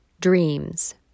dreams